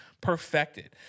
perfected